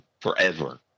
forever